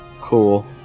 Cool